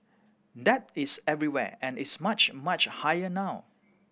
debt is everywhere and it's much much higher now